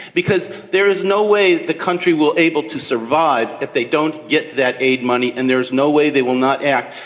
because there is no way the country will be able to survive if they don't get that aid money and there is no way they will not act.